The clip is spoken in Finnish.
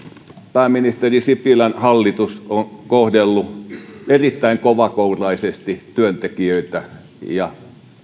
pääministeri sipilän hallitus on kohdellut erittäin kovakouraisesti työntekijöitä ja